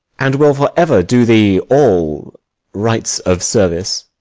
and will for ever do thee all rights of service.